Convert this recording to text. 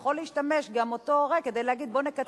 יכול להשתמש גם אותו הורה כדי להגיד: בוא נקצץ במזונות,